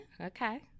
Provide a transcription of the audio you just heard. Okay